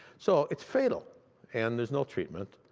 so it's fatal and there's no treatment.